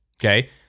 Okay